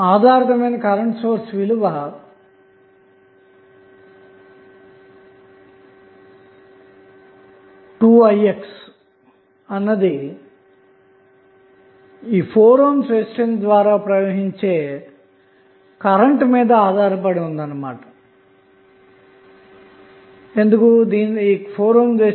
ఆధారితమైన current source 2i x విలువ అన్నది 4 ohm రెసిస్టెన్స్ ద్వారా ప్రవహించే కరెంట్ మీద ఆధారపడి ఉందన్నమాట